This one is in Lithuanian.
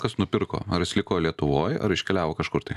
kas nupirko ar jis liko lietuvoj ar iškeliavo kažkur tai